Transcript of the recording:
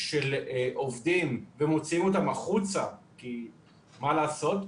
של עובדים ומוציאים אותם החוצה כי מה לעשות,